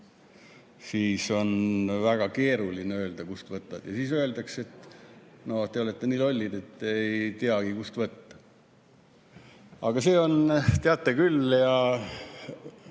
siis on väga keeruline öelda, kust võtta. Ja siis öeldakse, et te olete nii lollid, et ei teagi, kust võtta. Aga te teate küll,